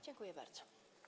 Dziękuję bardzo.